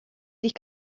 sich